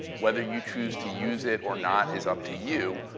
whether you choose to use it or not is up to you,